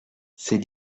ces